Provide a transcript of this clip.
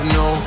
no